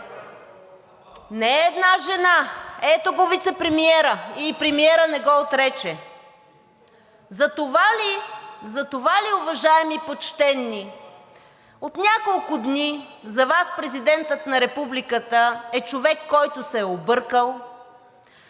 Не е една жена! Ето го вицепремиера, и премиерът не го отрече. Затова ли, уважаеми почтени, от няколко дни за Вас Президентът на Републиката е човек, който се е объркал;